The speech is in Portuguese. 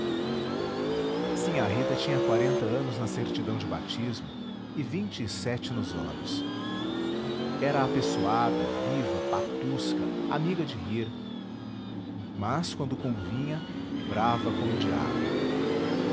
arranjar sinhá rita tinha quarenta anos na certidão de batismo e vinte e sete nos olhos era apessoada viva patusca amiga de rir mas quando convinha brava como diabo